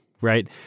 right